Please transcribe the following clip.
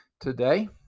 today